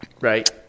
Right